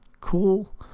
cool